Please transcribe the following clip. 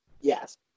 Yes